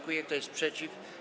Kto jest przeciw?